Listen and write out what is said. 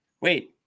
Wait